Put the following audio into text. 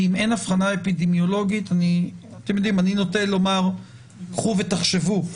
כי אם אין הבחנה אפידמיולוגית אני נוטה לומר: קחו ותחשבו.